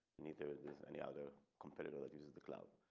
neither does any other competitor that uses the cloud